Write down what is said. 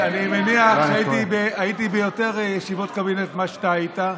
אני מניח שהייתי ביותר ישיבות קבינט ממה שאתה היית.